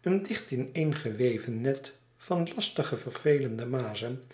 een dicht ineengeweven net van lastige vervelende mazen